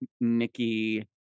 Nikki